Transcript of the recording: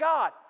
God